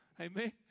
Amen